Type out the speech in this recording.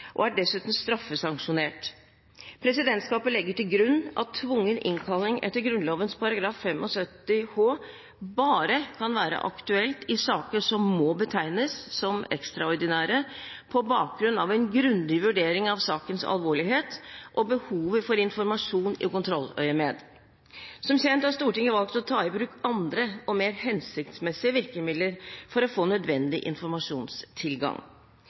og er dessuten straffesanksjonert. Presidentskapet legger til grunn at tvungen innkalling etter Grunnloven § 75 h bare kan være aktuelt i saker som må betegnes som ekstraordinære på bakgrunn av en grundig vurdering av sakens alvorlighet og behovet for informasjon i kontrolløyemed. Som kjent har Stortinget valgt å ta i bruk andre og mer hensiktsmessige virkemidler for å få nødvendig informasjonstilgang.